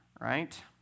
right